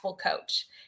coach